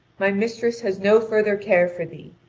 my mistress has no further care for thee,